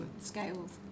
scales